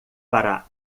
para